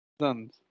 Sons